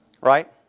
Right